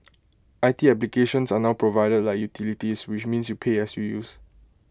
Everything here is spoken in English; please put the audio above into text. IT applications are now provided like utilities which means you pay as you use